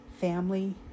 family